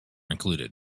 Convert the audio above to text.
included